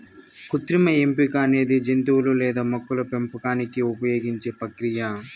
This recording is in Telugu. కృత్రిమ ఎంపిక అనేది జంతువులు లేదా మొక్కల పెంపకానికి ఉపయోగించే ప్రక్రియ